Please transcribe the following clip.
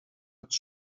als